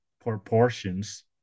proportions